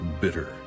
bitter